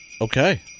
Okay